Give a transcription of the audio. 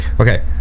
Okay